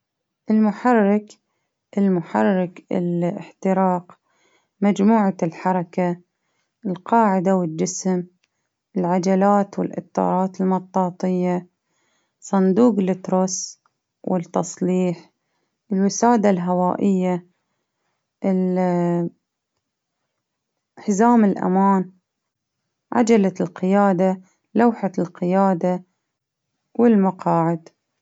المحرك المحرك ال-إحتراق ،مجموعة الحركة، القاعدة والجسم، العجلات والإطاعات المطاطية صندوق التروس، والتصليح الوسادة الهوائية ،ال حزام الأمان، عجلة القيادة، لوحة القيادة، والمقاعد.